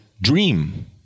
dream